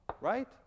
right